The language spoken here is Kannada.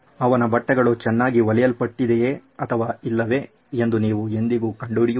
ಅವನ ಬಟ್ಟೆಗಳು ಚೆನ್ನಾಗಿ ಹೊಲಿಯಲ್ಪಟ್ಟಿದೆಯೇ ಅಥವಾ ಇಲ್ಲವೇ ಎಂದು ನೀವು ಎಂದಿಗೂ ಕಂಡುಹಿಡಿಯುವುದಿಲ್ಲ